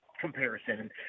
comparison